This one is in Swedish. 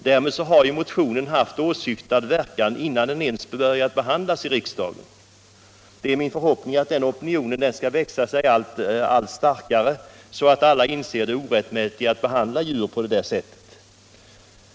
Därmed har motionen haft åsyftad verkan långt innan frågan ens började behandlas i riksdagen. Det är min förhoppning att denna opinion skall växa sig allt starkare, så att alla inser det orättmätiga i att behandla djur på det sättet.